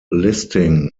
listing